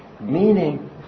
Meaning